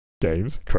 games